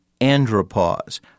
andropause